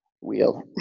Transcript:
Wheel